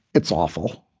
it's awful